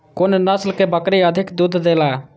कुन नस्ल के बकरी अधिक दूध देला?